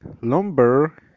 lumber